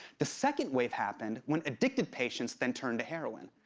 the second wave happened when addicted patients then turned to heroin.